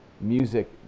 Music